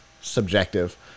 subjective